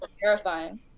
terrifying